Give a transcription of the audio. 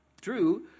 True